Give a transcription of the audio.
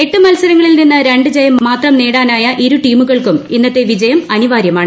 എട്ട് മത്സരങ്ങളിൽ നിന്ന് രണ്ട് ജയം മാത്രം നേടാനായ ഇരു ടീമുകൾക്കും ഇന്നത്തെ വിജയം അനിവാര്യമാണ്